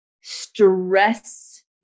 stress